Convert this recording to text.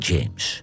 James